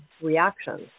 reactions